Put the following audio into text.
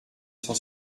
cent